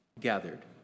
gathered